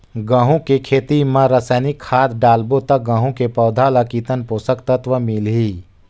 गंहू के खेती मां रसायनिक खाद डालबो ता गंहू के पौधा ला कितन पोषक तत्व मिलही?